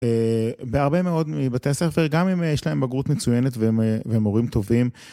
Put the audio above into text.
בהרבה מאוד מבתי הספר, גם אם יש להם בגרות מצוינת והם מורים טובים.